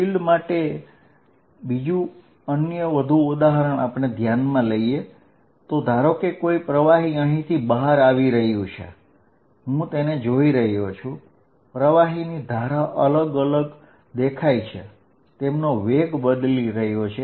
field માટેનું અન્ય વધુ ઉદાહરણ આપણે ધ્યાને લઈએ તો ધારો કે કોઈ પ્રવાહી અહીંથી બહાર આવી રહ્યું છે હું તેને જોઈ રહ્યો છું પ્રવાહીની ધારા અલગ અલગ દેખાય છે તેમનો વેગ બદલી રહ્યો છે